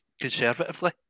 conservatively